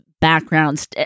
backgrounds